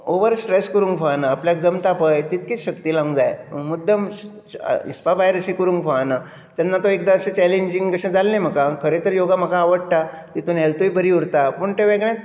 over stress करूंक फावाना आपल्याक जमता पय तितकीच शक्ती लावंक जाय मुद्दम हिसपा भायर अशें करूंक फावाना तेन्ना तो एकदां अशें चॅलेंजींग कशें जाल्लें म्हाका खरें तर योगा म्हाका आवडटा तेतून हॅल्तूय बरी उरता पण तें वेगळेंत